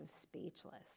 speechless